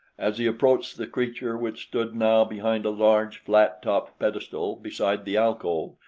as he approached the creature which stood now behind a large, flat-topped pedestal beside the alcove,